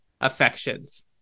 affections